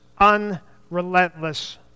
unrelentless